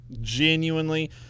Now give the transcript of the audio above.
genuinely